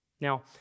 Now